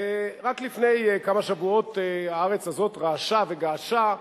רק לפני כמה שבועות הארץ הזאת רעשה וגעשה,